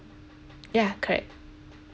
ya correct